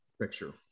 picture